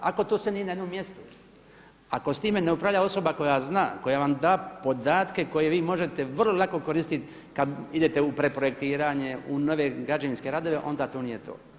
Ako to sve nije na jednom mjestu, ako s time ne upravlja osoba koja zna, koja vam da podatke koje vi možete vrlo lako koristiti kad idete u pretprojektiranje, u nove građevinske radove, onda to nije to.